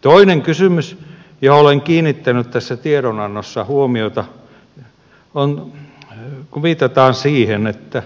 toinen kysymys johon olen kiinnittänyt tässä tiedonannossa huomiota on se kun viitataan siihen että